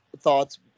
thoughts